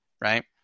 right